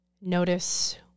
Notice